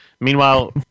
Meanwhile